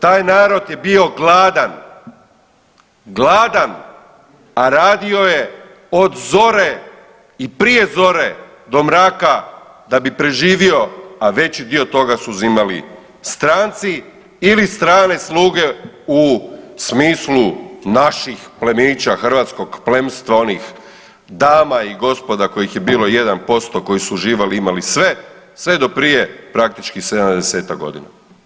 Taj narod je bio gladan, gladan, a radio je od zore i prije zore do mraka da bi preživio, a veći dio toga su uzimali stranci ili strane sluge u smislu naših plemića, hrvatskog plemstva onih dama i gospoda kojih je bilo 1% koji su uživali i imali sve, sve do prije praktički 70-tak godina.